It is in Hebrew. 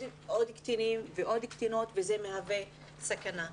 קטינים ועוד קטינות וזה מהווה סכנה.